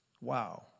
Wow